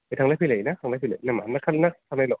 थांनाय फैनाय ना थांलाय फैलाय ना थांनायल'